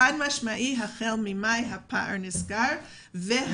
חד משמעית, הפער נסגר החל ממאי.